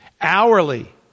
hourly